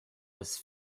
was